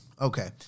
Okay